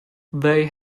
they